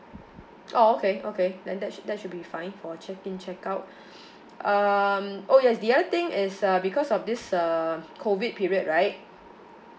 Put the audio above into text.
oh okay okay then that should that should be fine for check in check out um oh yes the other thing is uh because of this um COVID period right